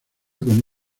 con